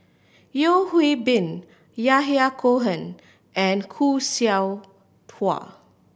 Yeo Hwee Bin Yahya Cohen and Khoo Seow Hwa